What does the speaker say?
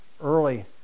early